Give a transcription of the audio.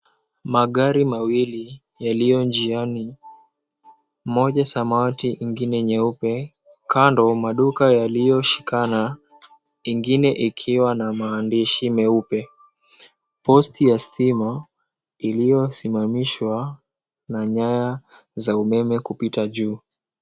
Magari mawili yaliyo njiani, moja samawati ingine nyeupe, kando maduka yaliyoshikana ingine ikiwa na maandishi meupe. Posti ya stima iliyosimamishwa na nyaya za umeme kupita juu.